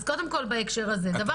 אז קודם כול בהקשר הזה.